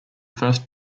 first